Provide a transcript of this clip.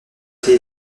été